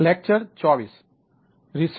કેમ છો